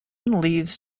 leaves